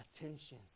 attention